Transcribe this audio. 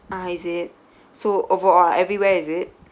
ah is it so overall everywhere is it